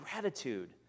gratitude